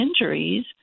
injuries